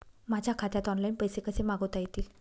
माझ्या खात्यात ऑनलाइन पैसे कसे मागवता येतील?